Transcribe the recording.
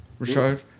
Richard